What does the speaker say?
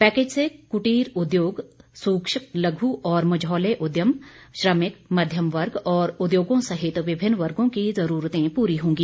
package से कुटीर उद्योग सूक्ष्म लघु और मझोले उद्यम श्रमिक मध्यम वर्ग और उद्योगों सहित विभिन्न वर्गों की जरूरतें पूरी होंगी